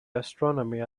astronomy